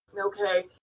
okay